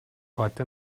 heute